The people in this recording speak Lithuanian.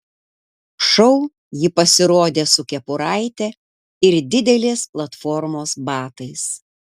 šou ji pasirodė su kepuraite ir didelės platformos batais